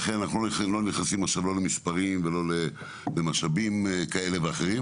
אנחנו לא נכנסים עכשיו למספרים או למשאבים כאלה ואחרים,